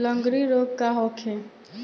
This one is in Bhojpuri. लगंड़ी रोग का होखे?